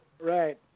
Right